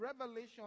revelation